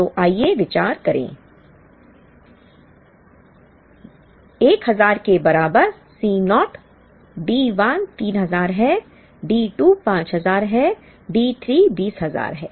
तो आइए विचार करें 1000 के बराबर C naught D 1 3000 है D 2 5000 है D 3 20000 है